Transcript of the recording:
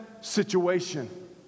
situation